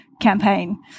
campaign